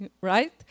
right